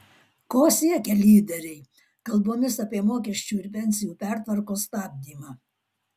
ko siekia lyderiai kalbomis apie mokesčių ir pensijų pertvarkos stabdymą